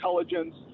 intelligence